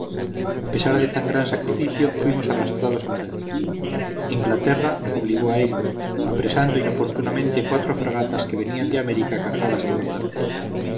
a pesar de tan gran sacrificio fuimos arrastrados a la guerra inglaterra nos obligó a ello apresando inoportunamente cuatro fragatas que venían de américa cargadas de caudales